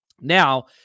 Now